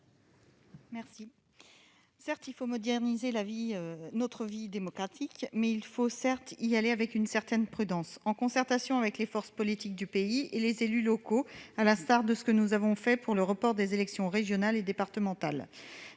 vote. Certes, il faut moderniser notre vie démocratique, mais avec une certaine prudence et en concertation avec les forces politiques du pays et les élus locaux, à l'instar de ce que nous avons fait pour le report des élections régionales et départementales.